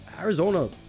Arizona